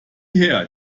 hier